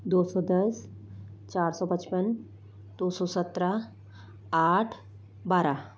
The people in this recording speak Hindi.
दो सौ दस चार सौ पचपन दो सौ सत्रह आठ बारह